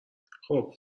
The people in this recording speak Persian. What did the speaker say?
خوب